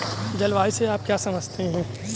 जलवायु से आप क्या समझते हैं?